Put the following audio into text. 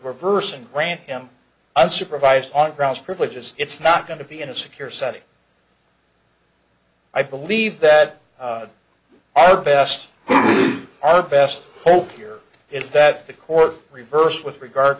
reverse and grant him unsupervised on grounds privileges it's not going to be in a secure setting i believe that our best our best hope here is that the court reversed with regard